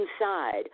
inside